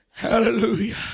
Hallelujah